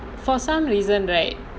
for some reason right